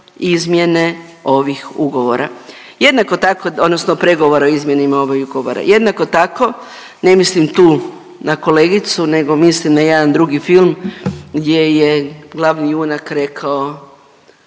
izmjene ovih ugovora. Jednako tako, odnosno pregovora o izmjeni ovih ugovora, jednako tako, ne mislim tu na kolegicu nego mislim na jedan drugi film gdje je glavni junak rekao